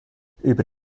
über